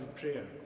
prayer